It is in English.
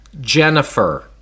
Jennifer